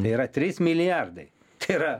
tai yra trys milijardai tai yra